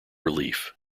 relief